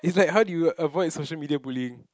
is like how do you avoid social media bullying